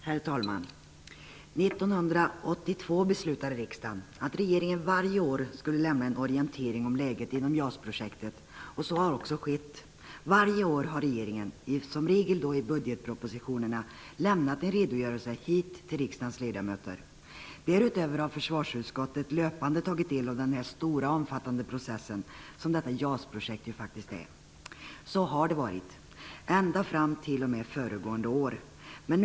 Herr talman! 1982 beslutade riksdagen att regeringen varje år skulle lämna en orientering av läget inom JAS-projektet. Så har också skett. Varje år har regeringen i budgetpropositionerna lämnat en redogörelse till riksdagens ledamöter. Därutöver har försvarsutskottet löpande tagit del av den omfattande process som JAS-projektet faktiskt är. Så har det varit ända fram t.o.m. föregående året.